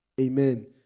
Amen